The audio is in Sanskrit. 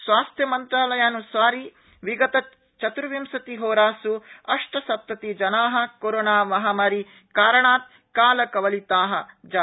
स्वास्थ्यमन्त्रालयानुसारी विगतचत्विंशति होरासुअण्सप्तति जना कोरोनाममहामारी कारणात् कालकवलिता